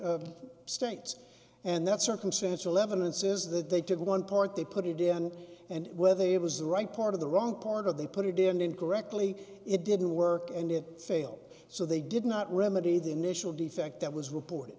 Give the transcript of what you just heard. states and that circumstantial evidence is that they took one part they put it in and whether it was the right part of the wrong part of they put it in incorrectly it didn't work and it failed so they did not remedy the initial defect that was report